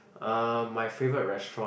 uh my favorite restaurant